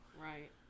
Right